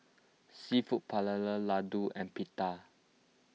Seafood Paella Ladoo and Pita